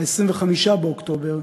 25 באוקטובר,